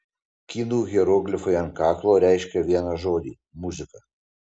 kinų hieroglifai ant kaklo reiškia vieną žodį muzika